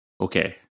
Okay